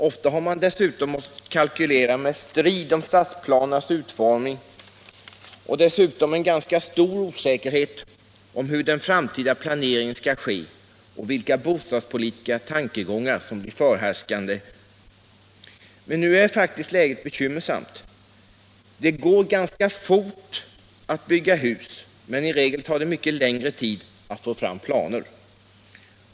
Ofta har man dessutom måst kalkylera med strid om stadsplanernas utformning och dessutom en ganska stor osäkerhet om hur den framtida planeringen skall ske och vilka bostadspolitiska tankegångar som blir förhärskande. Men nu är faktiskt läget bekymmersamt. Det går ganska fort att bygga hus, men i regel tar det mycket längre tid att få fram planer.